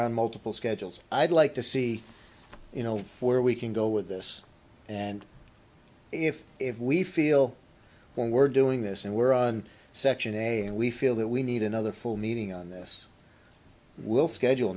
around multiple schedules i'd like to see you know where we can go with this and if if we feel when we're doing this and we're on section a and we feel that we need another full meeting on this will schedule